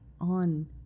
on